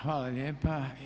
Hvala lijepa.